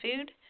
food